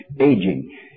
aging